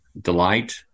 delight